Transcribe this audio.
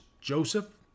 Joseph